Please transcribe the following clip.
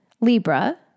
Libra